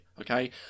okay